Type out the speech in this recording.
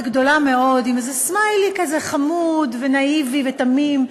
גדולה מאוד עם איזה סמיילי כזה חמוד ונאיבי ותמים,